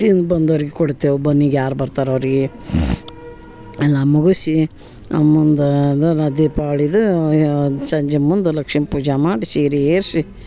ತಿಂದು ಬಂದೋರಿಗೆ ಕೊಡ್ತೇವೆ ಬನ್ನಿಗೆ ಯಾರು ಬರ್ತಾರೆ ಅವ್ರಿಗೆ ಎಲ್ಲ ಮುಗಿಸಿ ಮುಂದೆ ಅದು ದೀಪಾವಳಿದು ಸಂಜೆ ಮುಂದೆ ಲಕ್ಷ್ಮೀ ಪೂಜೆ ಮಾಡಿ ಸೀರೆ ಏರ್ಸಿ